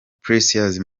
precious